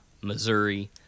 Missouri